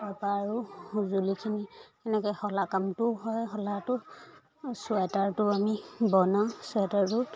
তাপা আৰু সঁজুলিখিনি এনেকৈ শলা কামটোও হয় শলাটো চুৱেটাৰটো আমি বনাওঁ চুৱেটাৰটো